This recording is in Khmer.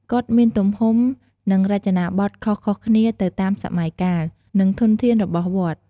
កុដិមានទំហំ និងរចនាបថខុសៗគ្នាទៅតាមសម័យកាល និងធនធានរបស់វត្ត។